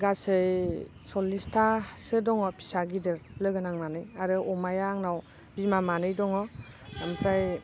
गासै सललिसथासो दङ फिसा गिदिर लोगो नांनानै आरो अमाया आंनाव बिमा मानै दङ ओमफ्राय